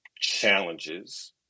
challenges